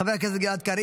חבר הכנסת גלעד קריב,